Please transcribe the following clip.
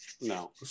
No